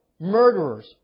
murderers